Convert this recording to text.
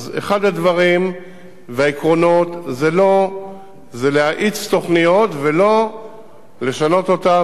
אז אחד הדברים והעקרונות זה להאיץ תוכניות ולא לשנות אותן,